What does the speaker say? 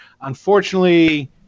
unfortunately